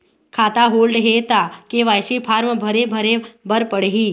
खाता होल्ड हे ता के.वाई.सी फार्म भरे भरे बर पड़ही?